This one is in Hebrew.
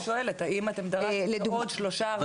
אני שואלת האם אתם דרשתם את העוד 3, 4 מיליון?